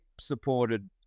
supported